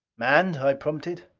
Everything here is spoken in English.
manned i prompted.